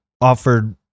offered